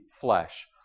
flesh